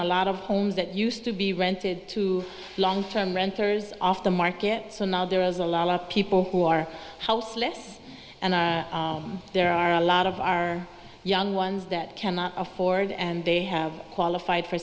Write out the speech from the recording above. a lot of homes that used to be rented to long term renters off the market so now there is a lot of people who are houseless and there are a lot of our young ones that cannot afford and they have qualified for